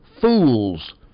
Fools